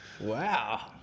wow